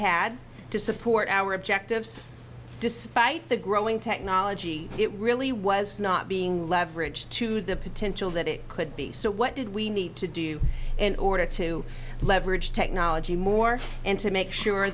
had to support our objectives despite the growing technology it really was not being leveraged to the potential that it could be so what did we need to do in order to leverage technology more and to make sure